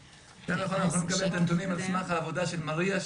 אנחנו נקבל את הנתונים על סמך העבודה של מריה,